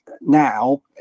Now